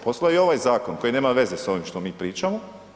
Poslao je i ovaj zakon koji nema veze sa ovim što mi pričamo.